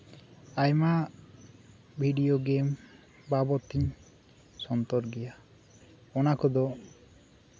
ᱟᱭᱢᱟ video game ᱵᱟᱵᱚᱛᱤᱧ ᱥᱚᱱᱛᱚᱨ ᱜᱮᱭᱟ ᱚᱱᱟ ᱠᱚᱫᱚ